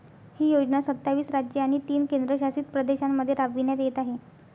ही योजना सत्तावीस राज्ये आणि तीन केंद्रशासित प्रदेशांमध्ये राबविण्यात येत आहे